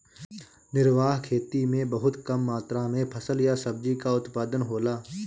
निर्वाह खेती में बहुत कम मात्र में फसल या सब्जी कअ उत्पादन होला